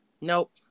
Nope